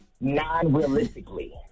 non-realistically